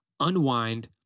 unwind